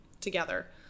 together